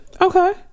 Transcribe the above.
Okay